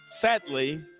sadly